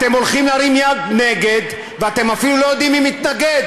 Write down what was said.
אתם הולכים להרים יד נגד ואתם אפילו לא יודעים מי מתנגד.